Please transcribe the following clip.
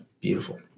Beautiful